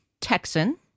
Texan